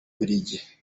bubiligi